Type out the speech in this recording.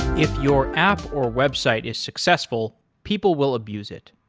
if your app or website is successful, people will abuse it.